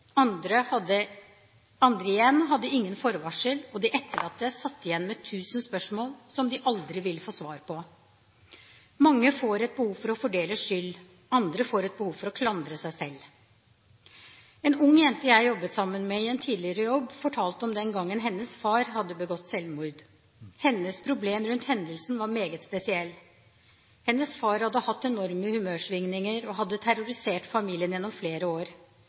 Andre igjen ga ingen forvarsel, og de etterlatte satt igjen med tusen spørsmål som de aldri vil få svar på. Mange får et behov for å fordele skyld, andre får et behov for å klandre seg selv. En ung jente jeg jobbet sammen med i en tidligere jobb, fortalte om den gangen hennes far hadde begått selvmord. Hennes problem rundt hendelsen var meget spesiell. Hennes far hadde hatt enorme humørsvingninger og hadde terrorisert familien gjennom flere år.